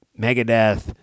Megadeth